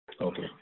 Okay